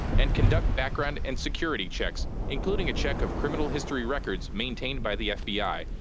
and conduct background and security checks, including a check of criminal history records maintained by the fbi,